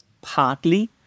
Partly